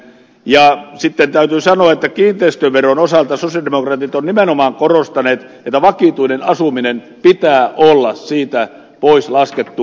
ja sitten täytyy sanoa että kiinteistöveron osalta sosialidemokraatit ovat nimenomaan korostaneet että vakituisen asumisen pitää olla siitä pois laskettu